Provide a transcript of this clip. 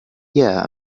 yeah